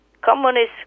communist